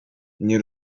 nie